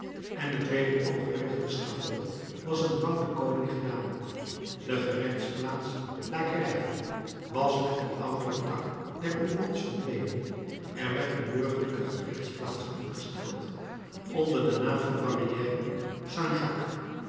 en het weder opgerichte schavot was een dwang den koning gedaan de gerechtsplaats la gréve was met den ouderen tak der bourbons verdwenen er werd een burgerlijke gerechtsplaats ingesteld onder den naam van barrière st jacgues